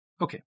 Okay